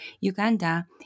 Uganda